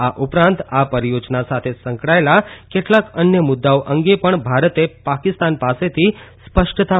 આ ઉપરાંત આ પરિયોજના સાથે સંકળાયેલ કેટલાક અન્ય મુદ્દાઓ અંગે પણ ભારતે પાકિસ્તાન પાસેથી સ્પષ્ટતા માગી છે